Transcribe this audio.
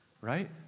Right